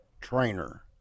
trainer